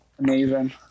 amazing